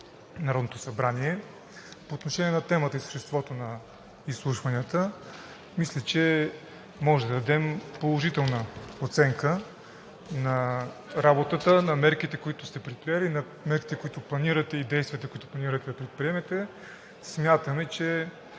Народното събрание. По отношение на темата и съществото на изслушванията, мисля, че може да дадем положителна оценка на работата, на мерките, които сте предприели, на мерките, които планирате, и действията, които планирате да предприемете. Смятаме, че